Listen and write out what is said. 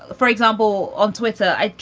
for example, on twitter, i,